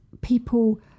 people